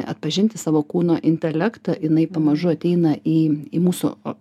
atpažinti savo kūno intelektą jinai pamažu ateina į į mūsų